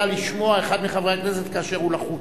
לשמוע אחד מחברי הכנסת כאשר הוא לחוץ.